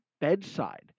bedside